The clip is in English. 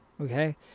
Okay